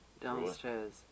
downstairs